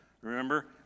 Remember